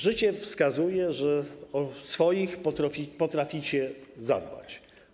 Życie wskazuje, że o swoich potraficie zadbać.